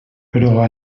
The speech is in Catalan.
però